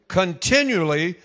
continually